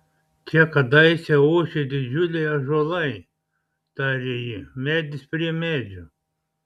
čia kadaise ošė didžiuliai ąžuolai tarė ji medis prie medžio